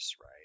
right